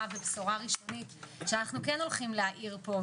ובשורה ראשונית שאנחנו כן הולכים להאיר פה,